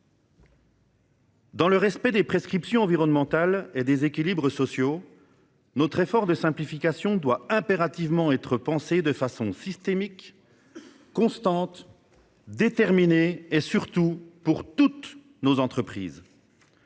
Dans le respect des prescriptions environnementales et des équilibres sociaux, notre effort de simplification doit impérativement être pensé de façon systémique, constante, déterminée et, surtout, pour toutes nos entreprises